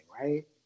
right